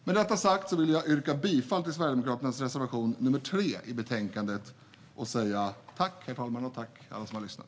Med detta sagt vill jag yrka bifall till Sverigedemokraternas reservation 3 i betänkandet och säga tack till herr talmannen och alla som har lyssnat.